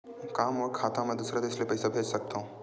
का मोर खाता म दूसरा देश ले पईसा भेज सकथव?